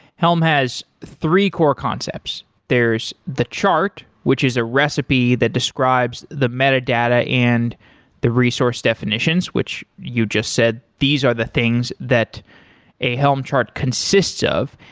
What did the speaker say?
helm has three core concepts. there's the chart, which is a recipe that describes the metadata and the resource definitions, which you just said these are the things that a helm chart consists of.